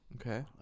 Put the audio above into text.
Okay